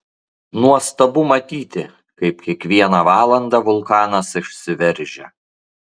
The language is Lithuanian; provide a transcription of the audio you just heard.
nuostabu matyti kaip kiekvieną valandą vulkanas išsiveržia